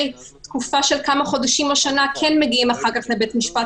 תקופה של כמה חודשים או שנה כן מגיעים לבית המשפט,